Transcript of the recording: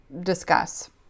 discuss